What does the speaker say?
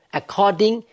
according